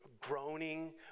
groaning